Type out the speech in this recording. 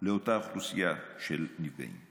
לאותה אוכלוסייה של נפגעים.